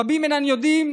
רבים אינם יודעים,